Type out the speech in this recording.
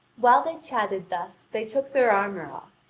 while they chatted thus they took their armour off,